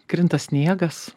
krinta sniegas